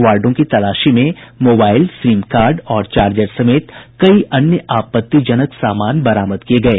वार्डो की तलाशी में मोबाईल सिम कार्ड और चार्जर समेत कई अन्य आपत्तिजनक सामान बरामद किये गये